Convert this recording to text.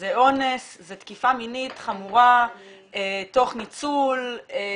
זה אונס, זה תקיפה מינית חמורה תוך ניצול, סימום.